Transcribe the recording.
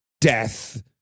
death